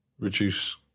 reduce